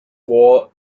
war